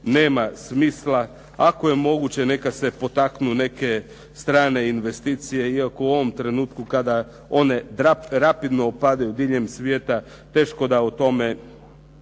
nema smisla, ako je moguće neka se potaknu neke strane investicije, iako u ovom trenutku kada one rapidno opadaju diljem svijeta teško da o tome